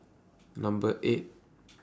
Number eight